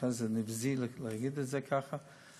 זה נבזי להגיד את זה ככה,